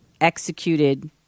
executed